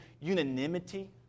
unanimity